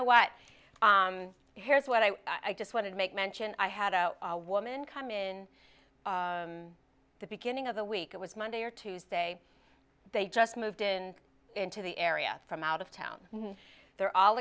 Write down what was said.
know what here's what i i just wanted to make mention i had a woman come in the beginning of the week it was monday or tuesday they just moved in into the area from out of town and they're all